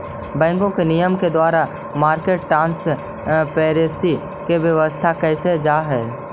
बैंकों के नियम के द्वारा मार्केट ट्रांसपेरेंसी के व्यवस्था कैल जा हइ